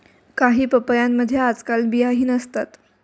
काही पपयांमध्ये आजकाल बियाही नसतात